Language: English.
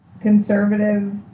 conservative